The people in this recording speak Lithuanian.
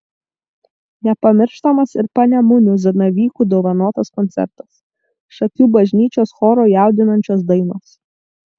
nepamirštamas ir panemunių zanavykų dovanotas koncertas šakių bažnyčios choro jaudinančios dainos